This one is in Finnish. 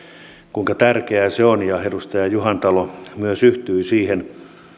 kuinka tärkeää se on edustaja juhantalo myös yhtyi siihen